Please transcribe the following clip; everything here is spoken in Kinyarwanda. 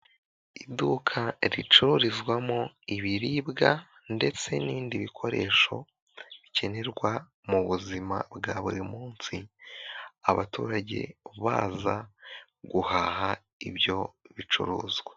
Iduka ricururizwamo ibiribwa ndetse n'ibindi bikoresho bikenerwa mu buzima bwa buri munsi, abaturage baza guhaha ibyo bicuruzwa.